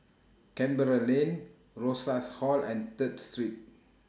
Canberra Lane Rosas Hall and Third Street